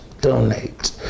donate